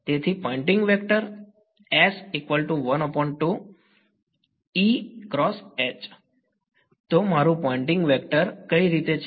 તેથી pointing vector તો મારું પોઇંટિંગ વેક્ટર કઈ રીતે છે